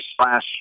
slash